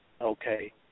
Okay